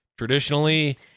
Traditionally